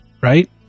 right